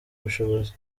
ubushobozi